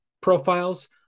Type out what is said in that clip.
profiles